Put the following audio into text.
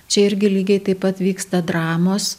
čia irgi lygiai taip pat vyksta dramos